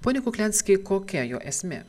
ponia kukliansky kokia jo esmė